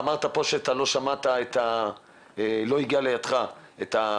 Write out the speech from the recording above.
אמרת פה שאתה לא שמעת ולא הגיע לידך הפתרון,